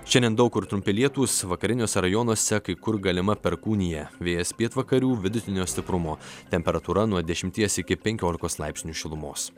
šiandien daug kur trumpi lietūs vakariniuose rajonuose kai kur galima perkūnija vėjas pietvakarių vidutinio stiprumo temperatūra nuo dešimties iki penkiolikos laipsnių šilumos